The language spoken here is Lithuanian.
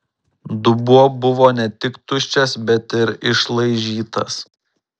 dubuo buvo ne tik tuščias bet ir išlaižytas